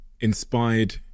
inspired